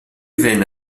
venne